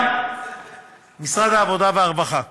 משרד העבודה והרווחה.